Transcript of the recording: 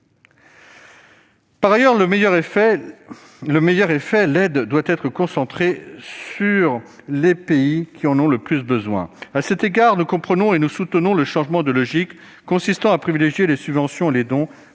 Pour avoir le meilleur effet, l'aide doit être concentrée sur les pays qui en ont le plus besoin. À cet égard, nous comprenons et nous soutenons le changement de logique consistant à privilégier les subventions et les dons